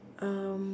um